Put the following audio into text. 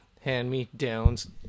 Hand-me-downs